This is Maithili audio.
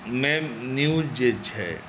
मे न्यूज़ जे छै